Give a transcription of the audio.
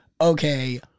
okay